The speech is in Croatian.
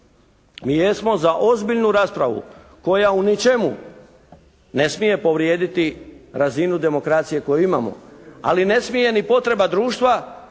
Mi jesmo za ozbiljnu raspravu koja u ničemu ne smije povrijediti razinu demokracije koju imamo. Ali ne smije ni potreba društva